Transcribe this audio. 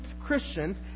Christians